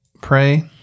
pray